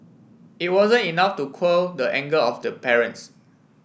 it wasn't enough to quell the anger of the parents